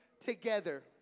together